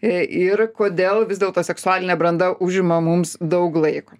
ir kodėl vis dėlto seksualinė branda užima mums daug laiko